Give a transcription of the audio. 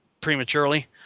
prematurely